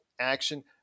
action